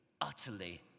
utterly